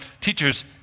teachers